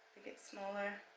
it gets smaller